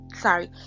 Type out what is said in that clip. sorry